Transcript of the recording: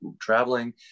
traveling